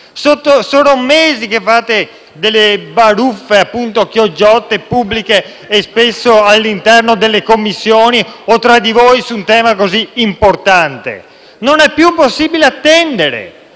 sono mesi che fate delle baruffe chioggiotte pubbliche, spesso all'interno delle Commissioni o tra di voi, su un tema così importante. Non è più possibile attendere.